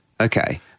Okay